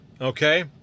okay